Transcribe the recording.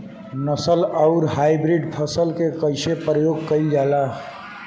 नस्ल आउर हाइब्रिड फसल के कइसे प्रयोग कइल जाला?